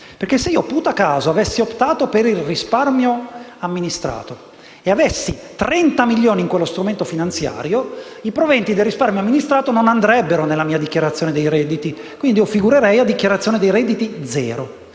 euro. Se, putacaso, avessi optato per il risparmio amministrato e avessi 30 milioni di euro in quello strumento finanziario, i proventi del risparmio amministrato non andrebbero nella dichiarazione dei redditi e quindi figurerei con una dichiarazione dei redditi pari